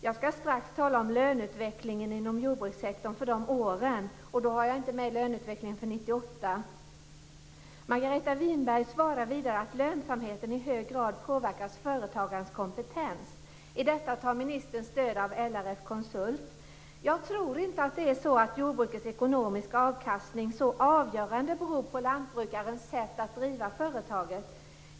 Jag skall strax tala om löneutvecklingen inom jordbrukssektorn under de åren. Jag har då inte tagit med löneutvecklingen för 1998. Margareta Winberg svarar vidare att lönsamheten i hög grad påverkas av företagarens kompetens. I det sammanhanget tar ministern stöd av LRF-Konsult. Jag tror inte att det är så att jordbrukets ekonomiska avkastning så avgörande är beroende av lantbrukarens sätt att driva företaget.